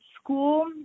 school